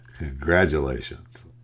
Congratulations